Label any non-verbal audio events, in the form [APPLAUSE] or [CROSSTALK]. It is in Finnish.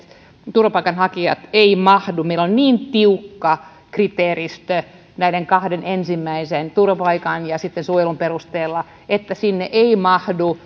turvapaikanhakijat eivät mahdu meillä on niin tiukka kriteeristö näiden kahden ensimmäisen turvapaikan ja suojelun perusteella että sinne ei mahdu [UNINTELLIGIBLE]